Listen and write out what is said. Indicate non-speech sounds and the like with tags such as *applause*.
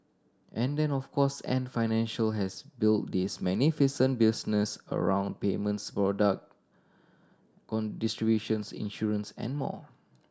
and then of course Ant Financial has built this magnificent business around payments product *unintelligible* distributions insurance and more